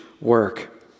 work